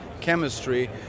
chemistry